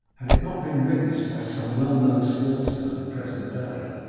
had it not been witnessed by some well-known sportsmen of the present day.